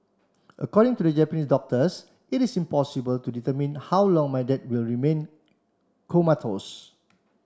according to the Japanese doctors it is impossible to determine how long my dad will remain comatose